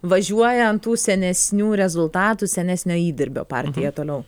važiuoja ant tų senesnių rezultatų senesnio įdirbio partija toliau